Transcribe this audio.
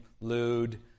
lewd